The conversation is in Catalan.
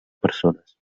persones